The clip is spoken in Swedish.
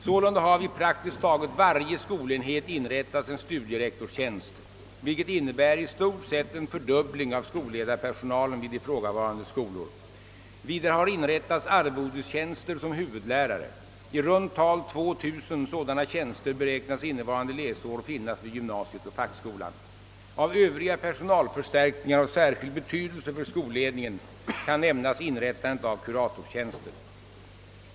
Sålunda har vid praktiskt taget varje skolenhet inrättats en studierektorstjänst, vilket innebär i stort sett en fördubbling av skolledarpersonalen vid ifrågavarande skolor. Vidare har inrättats arvodestjänster som huvudlärare. I runt tal 2 000 sådana tjänster beräknas innevarande läsår finnas vid gymnasiet och fackskolan. Av övriga personalförstärkningar av särskild betydelse för skolledningen kan nämnas inrättandet av kuratorstjänster.